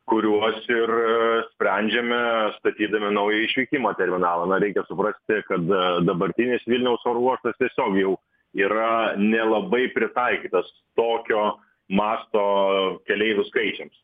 kuriuos ir sprendžiame statydami naują išvykimo terminalą na reikia suprasti kad dabartinis vilniaus oro uostas tiesiog jau yra nelabai pritaikytas tokio masto keleivių skaičiams